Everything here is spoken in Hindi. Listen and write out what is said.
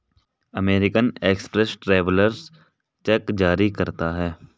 अमेरिकन एक्सप्रेस ट्रेवेलर्स चेक जारी करता है